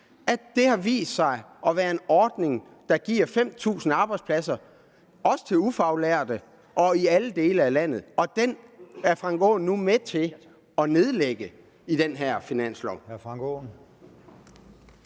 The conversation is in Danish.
har den vist sig at være en ordning, der giver 5.000 arbejdspladser, også til ufaglærte, og i alle dele af landet. Men den ordning er hr. Frank Aaen nu med til at nedlægge med den her finanslovaftale.